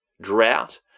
drought